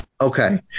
Okay